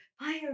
fire